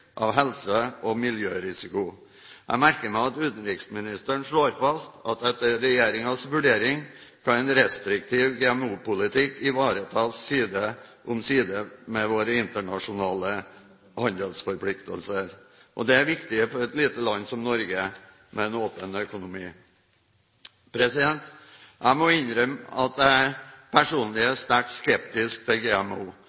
av helse- og miljørisiko. Jeg merker meg at utenriksministeren slår fast at etter regjeringens vurdering kan en restriktiv GMO-politikk ivaretas side om side med våre internasjonale handelsforpliktelser. Det er viktig for et lite land som Norge med en åpen økonomi. Jeg må innrømme at jeg personlig er